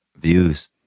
views